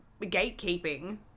gatekeeping